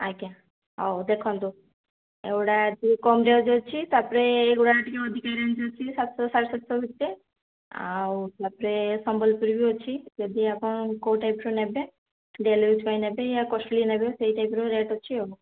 ଆଜ୍ଞା ହଉ ଦେଖନ୍ତୁ ଏଗୁଡ଼ା ଟିକେ କମ୍ ରେଞ୍ଜ୍ ଅଛି ତା' ପରେ ଏଗୁଡ଼ା ଟିକେ ଅଧିକ ରେଞ୍ଜ୍ ଅଛି ସାତ ଶହ ସାଢ଼େ ସାତ ଶହ ଭିତରେ ଆଉ ତା' ପରେ ସମ୍ୱଲପୁରୀ ବି ଅଛି ଯଦି ଆପଣ କେଉଁ ଟାଇପ୍ର ନେବେ ଡେଲି ୟୁଜ୍ ପାଇଁ ନେବେ ୟା କଷ୍ଟ୍ଲି ନେବେ ସେଇ ଟାଇପ୍ର ରେଟ୍ ଅଛି ଆଉ